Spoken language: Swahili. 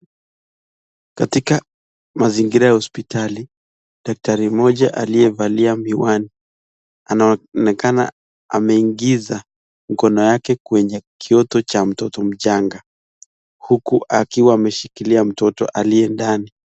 Katika mazingira ya hospitali, daktari mmoja aliyevalia miwani, anaonekana ameingiza mkono wake kwenye kioto cha mtoto mchanga huku akiwa ameshikilia mtoto aliye ndani.